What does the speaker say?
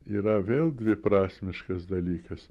yra vėl dviprasmiškas dalykas